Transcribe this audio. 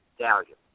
value